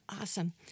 awesome